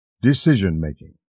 decision-making